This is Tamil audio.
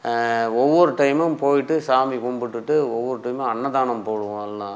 ஒவ்வொரு டைமும் போயிட்டு சாமி கும்பிட்டுட்டு ஒவ்வொரு டைமும் அன்னதானம் போடுவோம் எல்லாம்